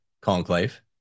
conclave